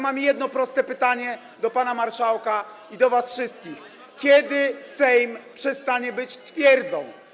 Mam jedno proste pytanie do pana marszałka i do was wszystkich: Kiedy Sejm przestanie być twierdzą?